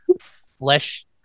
flesh